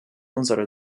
unsere